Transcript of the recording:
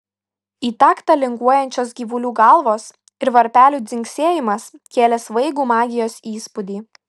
į taktą linguojančios gyvulių galvos ir varpelių dzingsėjimas kėlė svaigų magijos įspūdį